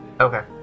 okay